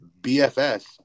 BFS